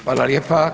Hvala lijepa.